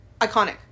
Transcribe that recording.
Iconic